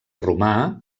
romà